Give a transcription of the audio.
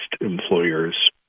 employers